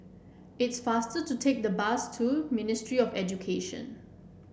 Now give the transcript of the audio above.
it's faster to take the bus to Ministry of Education